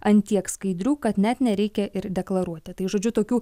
ant tiek skaidrių kad net nereikia ir deklaruoti tai žodžiu tokių